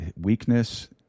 weakness